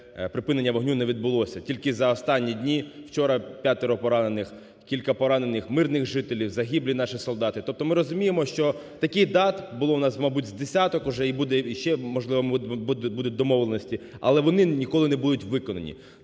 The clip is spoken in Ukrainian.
припинення вогню не відбулося. Тільки за останні дні, вчора п'ятеро поранених, кілька поранених мирних жителів, загиблі наші солдати. Тобто ми розуміємо, що таких дат було в нас, мабуть, з десяток уже, і буде, можливо, ще, можливо, будуть домовленості, але вони ніколи не будуть виконані.